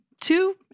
two